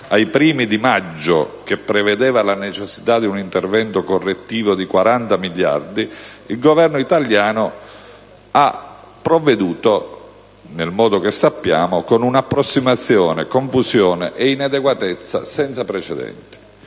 ai primi di maggio, che prevedeva la necessità di un intervento correttivo di 40 miliardi, il Governo italiano ha provveduto - nel modo che sappiamo - con una approssimazione, confusione e inadeguatezza senza precedenti.